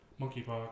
monkeypox